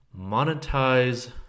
monetize